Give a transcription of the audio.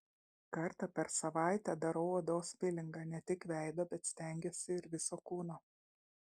kartą per savaitę darau odos pilingą ne tik veido bet stengiuosi ir viso kūno